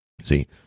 See